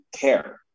care